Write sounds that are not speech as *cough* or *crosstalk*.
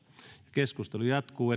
keskustelu jatkuu *unintelligible*